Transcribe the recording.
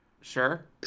sure